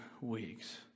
weeks